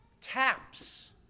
Taps